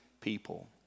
people